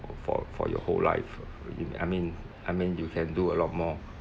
uh for for your whole life in I mean I mean you can do a lot more